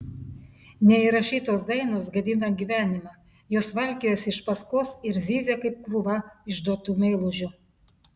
neįrašytos dainos gadina gyvenimą jos valkiojasi iš paskos ir zyzia kaip krūva išduotų meilužių